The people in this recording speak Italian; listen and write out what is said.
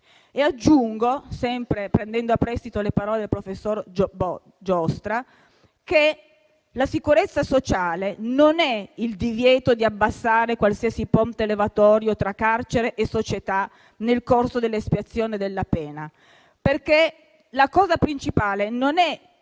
e aggiungo - sempre prendendo a prestito le parole del professor Giostra - che la sicurezza sociale non è il divieto di abbassare qualsiasi ponte levatoio tra carcere e società nel corso dell'espiazione della pena, perché la cosa principale non è